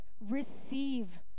receive